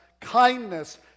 kindness